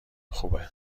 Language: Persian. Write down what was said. خوبه